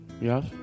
Yes